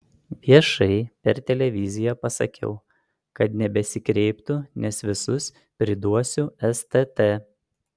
viešai per televiziją pasakiau kad nebesikreiptų nes visus priduosiu stt